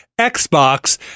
Xbox